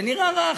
זה נראה רע.